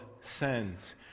sends